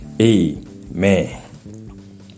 Amen